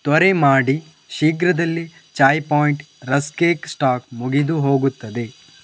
ತ್ವರೆ ಮಾಡಿ ಶೀಘ್ರದಲ್ಲಿ Chai Point rusk cake stock ಮುಗಿದುಹೋಗುತ್ತದೆ